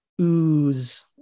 ooze